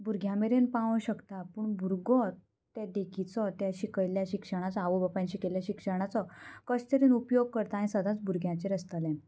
भुरग्यां मेरेन पावों शकता पूण भुरगो तें देखीचो त्या शिकयल्ल्या शिक्षणाचो आवय बापायन शिकयल्ल्या शिक्षणाचो कशे तरेन उपयोग करता हें सदांच भुरग्याचेर आसतलें